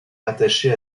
rattachée